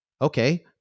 okay